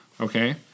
Okay